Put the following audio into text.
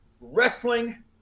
Wrestling